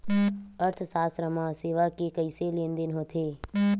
अर्थशास्त्र मा सेवा के कइसे लेनदेन होथे?